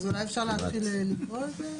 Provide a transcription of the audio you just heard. אז אולי אפשר להתחיל לקרוא את זה.